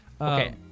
Okay